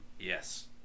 Yes